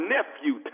Nephew